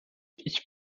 ich